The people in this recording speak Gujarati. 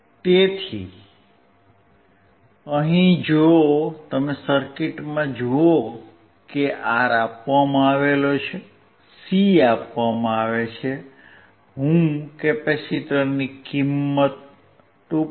તેથી અહીં જો તમે સર્કીટમાં જુઓ કે R આપવામાં આવે છે C આપવામાં આવે છે હું કેપેસિટરની કિંમત 2